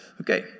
Okay